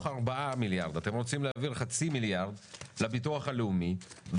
ארבעה מיליארד אתם רוצים להעביר חצי מיליארד לביטוח הלאומי,